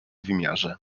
wymiarze